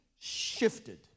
shifted